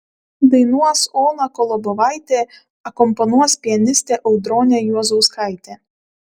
dainuos ona kolobovaitė akompanuos pianistė audronė juozauskaitė